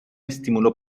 estímulo